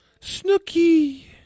Snooky